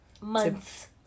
Months